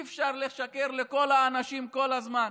אי-אפשר לשקר לכל האנשים כל הזמן.